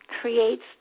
creates